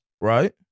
Right